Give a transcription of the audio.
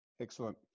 Excellent